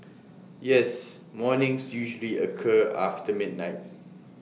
yes mornings usually occur after midnight